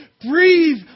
Breathe